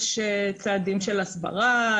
יש צעדים של הסברה,